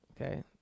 okay